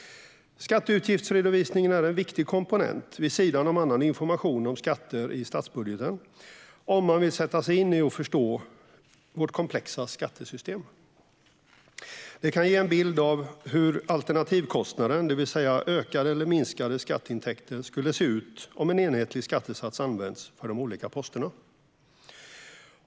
Skatteutgiftsredovisningen är en viktig komponent vid sidan av annan information om skatter i statsbudgeten för den som vill sätta sig in i och förstå vårt komplexa skattesystem. Den kan ge en bild av hur alternativkostnaden, det vill säga ökade eller minskade skatteintäkter, skulle se ut om en enhetlig skattesats använts för de olika posterna.